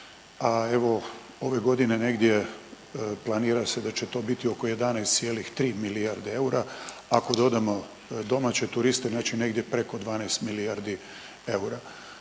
a evo ove godine negdje planira se da će to biti oko 11,3 milijarde eura, ako dodamo domaće turiste znači negdje preko 12 milijardi eura.